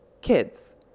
kids